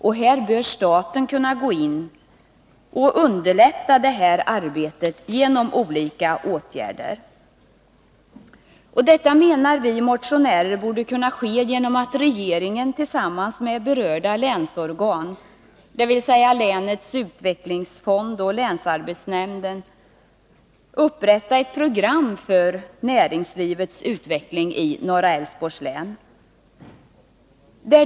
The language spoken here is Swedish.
Staten bör kunna gå in och underlätta detta arbete genom olika åtgärder. Detta menar vi motionärer borde kunna ske genom att regeringen tillsammans med berörda länsorgan, dvs. länets utvecklingsfond och länsarbetsnämnden, upprättar ett program för näringslivets utveckling i norra Älvsborgs län.